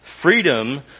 Freedom